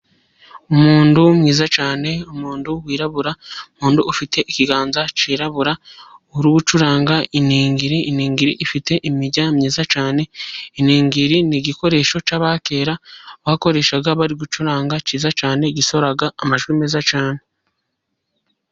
Umuntu mwiza cyane, umuntu wirabura, umuntu ufite ikiganza kirabura uri gucuranga iningiri, ingiri ifite imirya myiza cyane iningiri ni igikoresho cy'abakera bakoreshaga bari gucuranga, cyiza cyane, gisohora amajwi meza cyane.